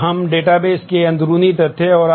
अब हम डेटाबेस से आती है